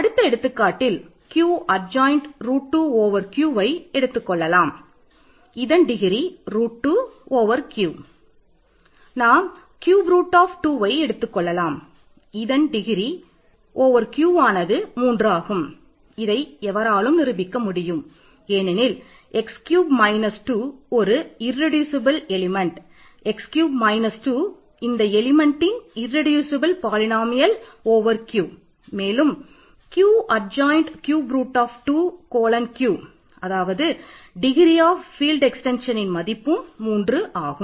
அடுத்த எடுத்துக்காட்டில் Q adjoint மதிப்பும் மூன்று ஆகும்